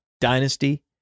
dynasty